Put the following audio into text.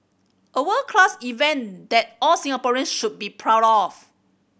a world class event that all Singaporeans should be proud of